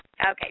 Okay